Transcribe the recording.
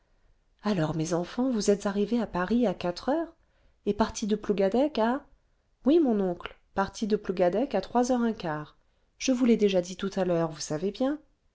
alors mes enfants vous êtes arrivées à paris à quatre heures et parties de plougadec à i i oui mon oncle parties de plougadec à trois heures un quart je vous l'ai déjà dit tout à l'heure vous savez bien